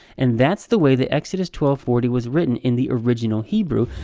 and that's the way that exodus twelve forty was written in the original hebrew.